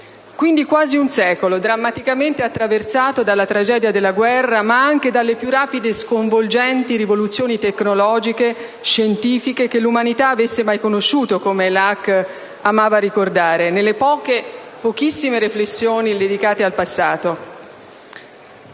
donna. Quasi un secolo, quindi, drammaticamente attraversato dalla tragedia della guerra, ma anche dalle più rapide e sconvolgenti rivoluzioni tecnologiche e scientifiche che l'umanità avesse mai conosciuto, come la Hack amava ricordare nelle poche, pochissime riflessioni dedicate al passato